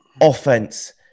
Offense